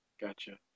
Gotcha